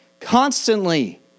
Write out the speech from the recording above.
constantly